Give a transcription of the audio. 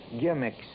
gimmicks